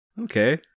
Okay